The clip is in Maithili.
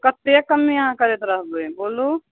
कते कम्मी अहाँ करैत रहबय बोलू